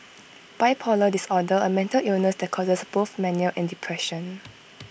bipolar disorder A mental illness that causes both mania and depression